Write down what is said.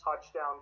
touchdown